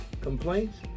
complaints